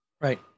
Right